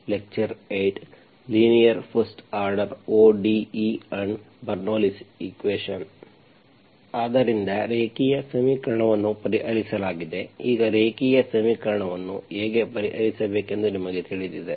lecture 8 linear first order ODE and Bernoulli's equation ಆದ್ದರಿಂದ ರೇಖೀಯ ಸಮೀಕರಣವನ್ನು ಪರಿಹರಿಸಲಾಗಿದೆ ಈಗ ರೇಖೀಯ ಸಮೀಕರಣವನ್ನು ಹೇಗೆ ಪರಿಹರಿಸಬೇಕೆಂದು ನಿಮಗೆ ತಿಳಿದಿದೆ